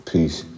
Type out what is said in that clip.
Peace